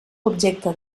objecte